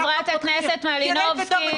חברת הכנסת מלינובסקי.